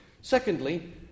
Secondly